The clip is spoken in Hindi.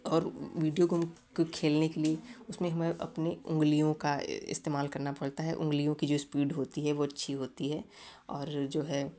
और विडिओ गेम को खेलने के लिए उसमें हमें अपनी उंगलियों का इस्तेमाल करना पड़ता है उंगलियों की जो एस्पीड होती है वो अच्छी होती है और जो है